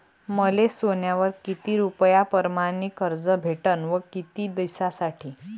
मले सोन्यावर किती रुपया परमाने कर्ज भेटन व किती दिसासाठी?